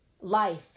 life